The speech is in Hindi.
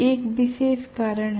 एक विशेष कारण है